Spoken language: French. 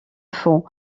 font